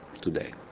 today